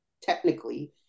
technically